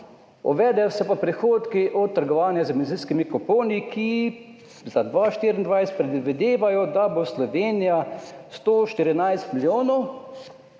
uvedejo se pa prihodki od trgovanja z emisijskimi kuponi, ki za 2024 predvidevajo, da bo Slovenija 114 milijonov